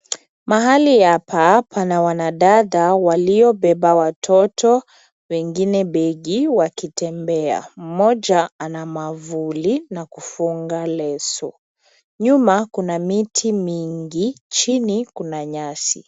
Mahali hapa pana wanadada waliobeba watoto wengine begi wakitembea. Mmoja ana mwavuli na kufunga leso. Nyuma kuna miti mingi chini kuna nyasi